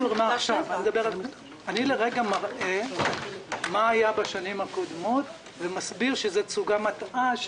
אני מראה מה היה בשנים הקודמות ומסביר שזו תצוגה מטעה,